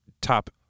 top